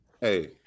hey